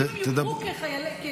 ואם הם יוכרו כימ"מ,